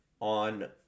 on